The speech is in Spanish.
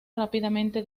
rápidamente